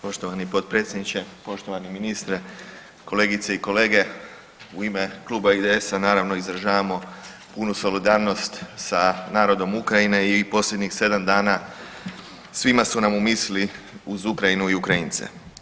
Poštovani potpredsjedniče, poštovani ministre, kolegice i kolege u ime Kluba IDS-a naravno izražavamo punu solidarnost sa narodom Ukrajine i posljednjih 7 dana svima su nam u misli uz Ukrajinu i Ukrajince.